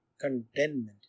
contentment